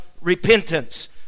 repentance